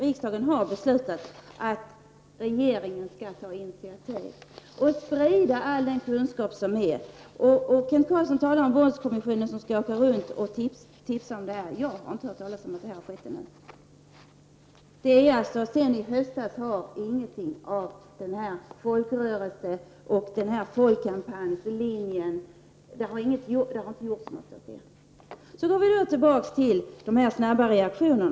Riksdagen har ju beslutat att regeringen skall ta initiativ till åtgärder och sprida all den kunskap som finns. Kent Carlsson säger att våldskommissionen har fått i uppdrag att se till att några åker runt i landet för att tipsa människor om lokala initiativ. Jag har inte hört talas om att någonting sådant har skett. Sedan i höstas har man alltså inte gjort någonting när det gäller den här folkrörelseoch folkkampanjslinjen. Så återgår jag till talet om att det behövs snabba reaktioner.